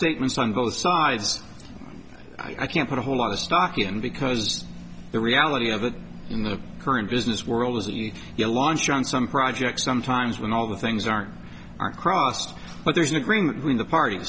statements on both sides i can't put a whole lot of stock in because the reality of it in the current business world is that you launch on some projects sometimes with all the things aren't aren't crossed but there's an agreement between the part